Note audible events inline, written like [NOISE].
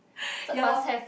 [LAUGHS] ya lor